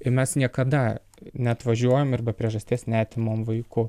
ir mes niekada neatvažiuojam ir be priežasties neatimam vaikų